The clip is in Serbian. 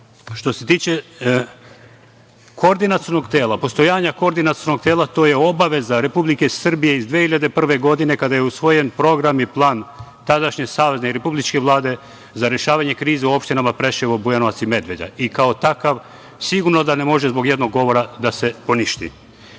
se tiče Koordinacionog tela, postojanje Koordinacionog tela je obaveza Republike Srbije iz 2001. godine kada je usvojen program i plan tadašnje Savezne i Republičke vlade za rešavanje krize u opštinama Bujanovac, Preševo i Medveđa i kao takav sigurno da ne može zbog jednog govora da se poništi. Jeste,